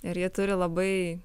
ir ji turi labai